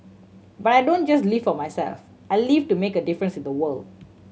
but I don't just live for myself I live to make a difference in the world